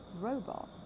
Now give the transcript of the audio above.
robot